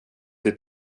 till